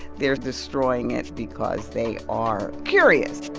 they're destroying it because they are curious